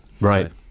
Right